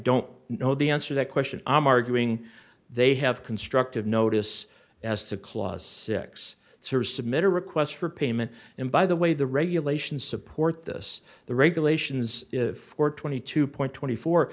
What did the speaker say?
don't know the answer that question i'm arguing they have constructive notice as to clause six submit a request for payment and by the way the regulations support this the regulations for twenty two twenty four